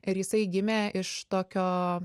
ir jisai gimė iš tokio